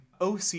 OC